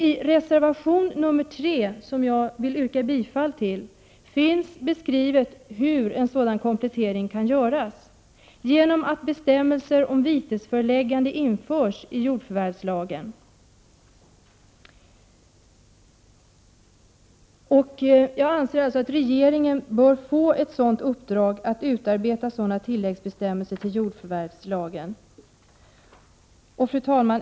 I reservation 3, som jag yrkar bifall till, finns beskrivet hur en sådan komplettering kan göras genom att bestämmelser om vitesföreläggande införs i jordförvärvslagen. Jag anser att regeringen bör få i uppdrag att utarbeta sådana tilläggsbestämmelser till jordförvärvslagen. Fru talman!